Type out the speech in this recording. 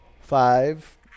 Five